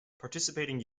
participating